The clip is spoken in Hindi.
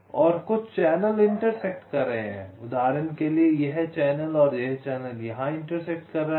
तो चैनल हैं और कुछ चैनल इंटरसेक्ट कर रहे हैं उदाहरण के लिए यह चैनल और यह चैनल यहाँ इंटरसेक्ट कर रहे हैं